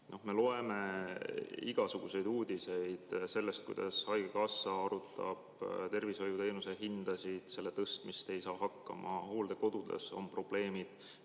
Me loeme igasuguseid uudiseid sellest, kuidas haigekassa arutab tervishoiuteenuse hindasid, nende tõstmist, ei saa hakkama, hooldekodudes on probleemid,